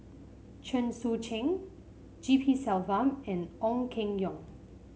Chen Sucheng G P Selvam and Ong Keng Yong